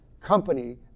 company